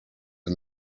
and